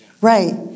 Right